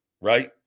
right